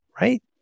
right